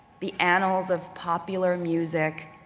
the annals of popular music,